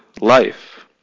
life